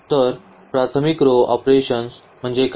तर प्राथमिक row operations म्हणजे काय